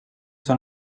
són